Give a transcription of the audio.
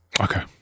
Okay